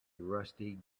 rusty